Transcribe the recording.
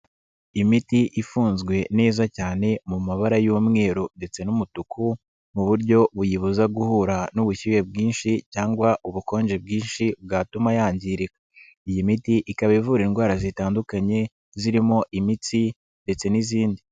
Imiti ifunzwe neza cyane mu mabara y'umweru ndetse n'umutuku mu buryo buyibuza guhura n'ubushyuhe bwinshi cyangwa ubukonje bwinshi bwatuma yangirika, iyi miti ikaba ivura indwara zitandukanye zirimo imitsi ndetse n'izindi.